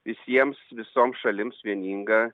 visiems visoms šalims vieningą